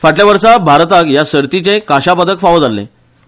फाटल्या वर्सा भारताक या सर्तीचे काश्यापदक फावो जाह्ने